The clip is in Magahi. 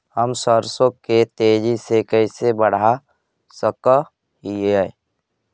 हम सरसों के तेजी से कैसे बढ़ा सक हिय?